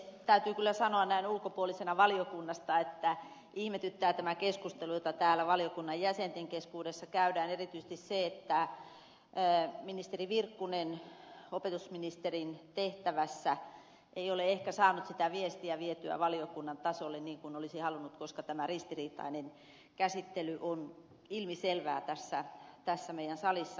täytyy kyllä sanoa näin ulkopuolisena valiokunnasta että ihmetyttää tä mä keskustelu jota täällä valiokunnan jäsenten keskuudessa käydään ja erityisesti se että ministeri virkkunen opetusministerin tehtävässä ei ole ehkä saanut sitä viestiä vietyä valiokunnan tasolle niin kuin olisi halunnut koska tämä ristiriitainen käsittely on ilmiselvää tässä salissa